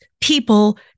people